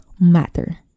matter